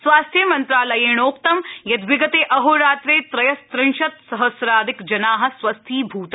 स्वास्थ्यमन्त्रालयेणोक्तं यत् विगते अहोरात्रे त्रयस्त्रिंशत् सहस्राधिक जना स्वस्थीभूता